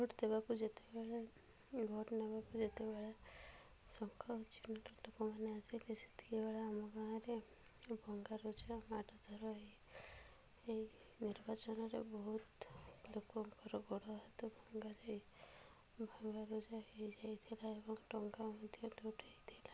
vote ଦେବାକୁ ଯେତେବେଳେ vote ନେବାକୁ ଯେତେବେଳେ ଶଙ୍ଖ ଅଛି ଲୋକମାନେ ଆସିଲେ ସେତିକି ବେଳେ ଆମ ଗାଁରେ ଭଙ୍ଗାରୁଜା ମାଡ଼ ଧର ହେଇ ଏହି ନିର୍ବାଚନରେ ବହୁତ ଲୋକଙ୍କର ଗୋଡ଼ ହାତ ଭଙ୍ଗାଯାଇ ଭଙ୍ଗାରୁଜା ହେଇ ଯାଇଥିଲା ଏବଂ ଟଙ୍କା ମଧ୍ୟ ଲୁଟ ହେଇଥିଲା